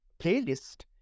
playlist